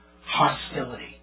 Hostility